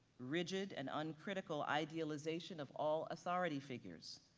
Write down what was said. rigid and uncritical idealization of all authority figures,